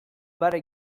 barre